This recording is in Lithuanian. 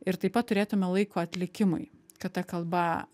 ir taip pat turėtume laiko atlikimui kad ta kalba